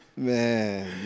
Man